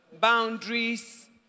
boundaries